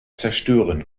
zerstören